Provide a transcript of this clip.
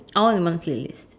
all in one playlist